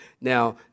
now